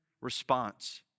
response